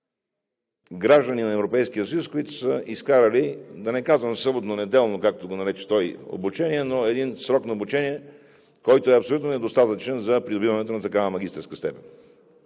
Европейския съюз, които са изкарали, да не казвам съботно-неделно, както го нарече той, обучение, но един срок на обучение, който е абсолютно недостатъчен за придобиването на такава магистърска степен.